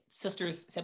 sisters